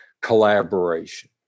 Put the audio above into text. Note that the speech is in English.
collaboration